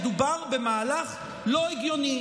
מדובר במהלך לא הגיוני.